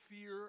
fear